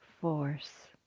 force